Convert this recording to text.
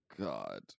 God